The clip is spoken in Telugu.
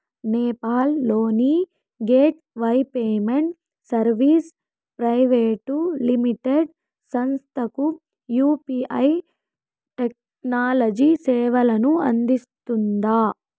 నేపాల్ లోని gateway payment services private limited సంస్థకు యు.పి.ఐ టెక్నాలజీ సేవలను అందిస్తుందా?